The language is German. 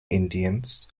indiens